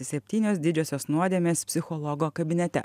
septynios didžiosios nuodėmės psichologo kabinete